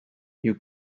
you